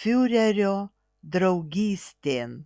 fiurerio draugystėn